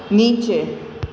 નીચે